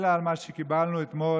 אלא על מה שקיבלנו אתמול